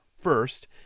First